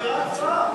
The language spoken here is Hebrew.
ההצבעה.